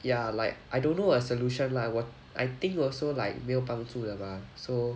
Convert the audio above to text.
ya like I don't know a solution lah 我 I think also like 没有帮助的 mah so